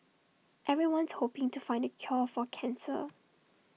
everyone's hoping to find the cure for cancer